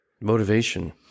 Motivation